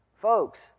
Folks